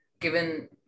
given